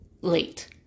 late